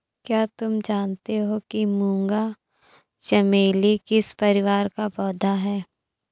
क्या तुम जानते हो कि मूंगा चमेली किस परिवार का पौधा है?